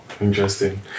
Interesting